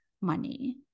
money